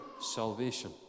salvation